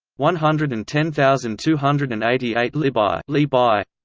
one hundred and ten thousand two hundred and eighty eight libai libai